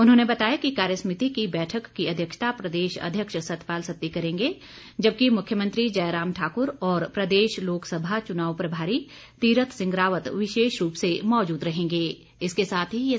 उन्होंने बताया कि कार्यसमिति की बैठक की अध्यक्षता प्रदेश अध्यक्ष सतपाल सत्ती करेंगे जबकि मुख्यमंत्री जयराम ठाकुर और प्रदेश लोकसभा चुनाव प्रभारी तीरथ सिंह रावत विशेष रूप से मौजूद रहेंगे